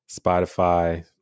Spotify